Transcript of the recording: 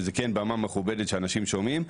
וזה כן במה מכובדת שאנשים שומעים,